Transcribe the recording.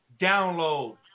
download